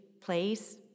place